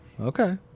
okay